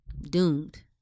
doomed